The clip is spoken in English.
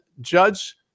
Judge